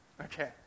Okay